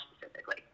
specifically